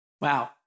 Wow